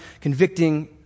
convicting